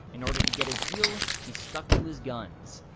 in order to get his deal, he stuck to his guns.